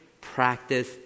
practice